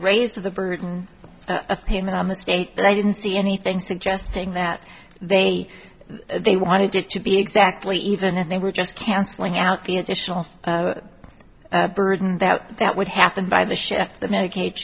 raise to the burden of payment on the state but i didn't see anything suggesting that they they wanted it to be exactly even if they were just cancelling out the additional burden that that would happen by the shift the medicaid